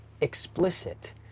explicit